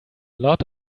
lot